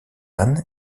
anne